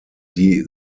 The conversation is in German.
die